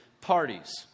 parties